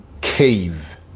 cave